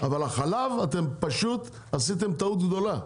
אבל לגבי החלב אתם עשיתם טעות גדולה,